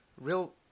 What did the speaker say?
real